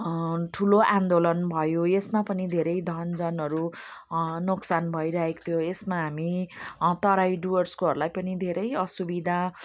ठुलो आन्दोलन भयो यसमा पनि धेरै धनजनहरू नोकसान भइरहेको थियो यसमा हामी तराई डुवर्सकोहरूलाई पनि धेरै असुविधा